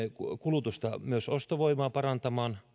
kulutusta myös ostovoimaa parantamaan